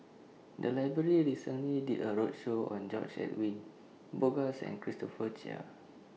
The Library recently did A roadshow on George Edwin Bogaars and Christopher Chia